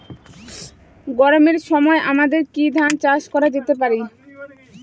গরমের সময় আমাদের কি ধান চাষ করা যেতে পারি?